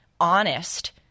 honest